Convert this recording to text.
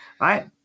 right